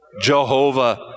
Jehovah